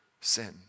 sin